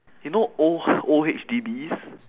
you know old h~ old H_D_Bs